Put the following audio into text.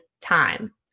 time